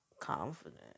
confident